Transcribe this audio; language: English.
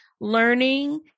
learning